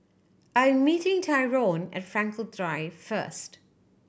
I am meeting Tyrone at Frankel Drive first